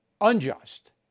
unjust